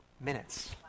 minutes